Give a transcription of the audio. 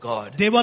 God